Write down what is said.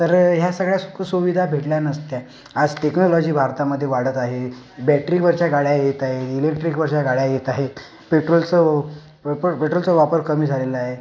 तर ह्या सगळ्या सुखसुविधा भेटल्या नसत्या आज टेक्नॉलॉजी भारतामधे वाढत आहे बॅटरीवरच्या गाड्या येत आहे इलेक्ट्रिकवरच्या गाड्या येत आहेत पेट्रोलचं व प पेट्रोलचं वापर कमी झालेलं आहे